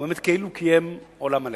כאילו קיים עולם מלא.